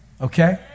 okay